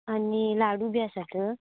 आनी लाडू बी आसात